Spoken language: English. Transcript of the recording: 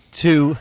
two